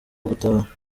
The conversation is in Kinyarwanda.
gutaha